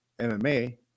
MMA